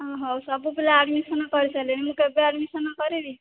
ହଁ ହଉ ସବୁ ପିଲା ଆଡମିଶନ୍ କରିସାଇଲେଣି ମୁଁ କେବେ ଆଡମିଶନ୍ କରିବି